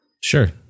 Sure